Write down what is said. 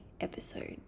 episode